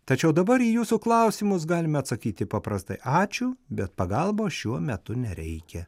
tačiau dabar į jūsų klausimus galime atsakyti paprastai ačiū bet pagalbos šiuo metu nereikia